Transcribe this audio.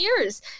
years